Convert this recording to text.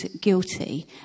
guilty